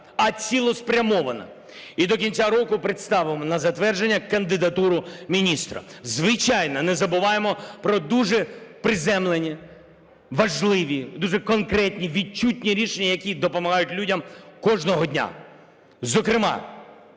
а цілеспрямовано. І до кінця року представимо на затвердження кандидатуру міністра. Звичайно, не забуваємо про дуже приземлені, важливі, дуже конкретні відчутні рішення, які допомагають людям кожного дня. Зокрема,